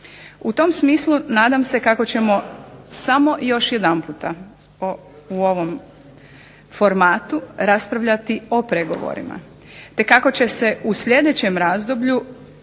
U tom smislu nadam se kako ćemo samo još jedanputa u ovom formatu raspravljati o pregovorima, te kako će se u sljedećem razdoblju